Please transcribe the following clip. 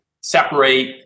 separate